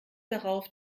darauf